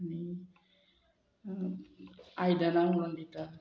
आनी आयदनां म्हणून दिता